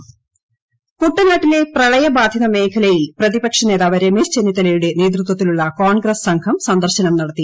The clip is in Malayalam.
രമേശ് ചെന്നിത്തല കുട്ടനാട്ടിലെ പ്രളയ ബാധിത മേഖലയിൽ പ്രതിപക്ഷ നേതാവ് രമേശ് ചെന്നിത്തലയുടെ നേതൃത്വത്തിലുള്ള കോൺഗ്രസ് സംഘം സന്ദർശനം നടത്തി